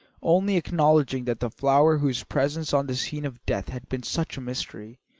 only acknowledging that the flower whose presence on the scene of death had been such a mystery,